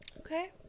Okay